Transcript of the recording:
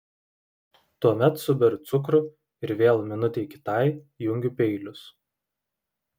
tuomet suberiu cukrų ir vėl minutei kitai jungiu peilius